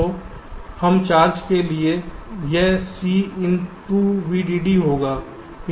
तो हर चार्ज के लिए यह C इन टू VDD होगा